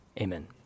amen